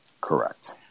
Correct